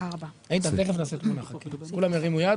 הצבעה אושר.